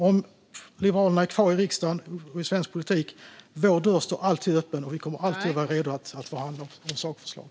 Om Liberalerna blir kvar i riksdagen och i svensk politik: Vår dörr står alltid öppen, och vi kommer alltid att vara redo att förhandla om sakförslag.